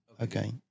okay